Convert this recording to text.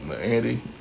Andy